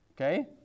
okay